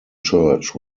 church